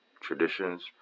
traditions